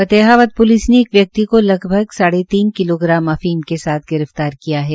Fatehabad police ने एक व्यक्ति को लगभग साढ़े तीन किलो ग्राम अफीम के साथ गिरफ्तार किया है